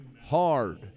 hard